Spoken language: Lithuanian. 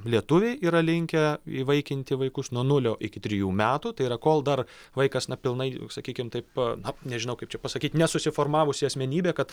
lietuviai yra linkę įvaikinti vaikus nuo nulio iki trijų metų tai yra kol dar vaikas na pilnai sakykim taip na nežinau kaip čia pasakyt nesusiformavusi asmenybė kad